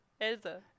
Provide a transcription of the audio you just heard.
Elsa